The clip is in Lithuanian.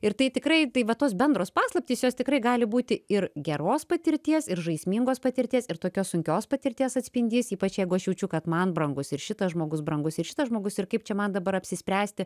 ir tai tikrai tai va tos bendros paslaptys jos tikrai gali būti ir geros patirties ir žaismingos patirties ir tokios sunkios patirties atspindys ypač jeigu aš jaučiu kad man brangus ir šitas žmogus brangus ir šitas žmogus ir kaip čia man dabar apsispręsti